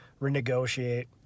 renegotiate